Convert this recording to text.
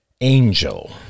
angel